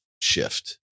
shift